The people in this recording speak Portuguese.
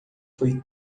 foi